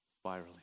Spiraling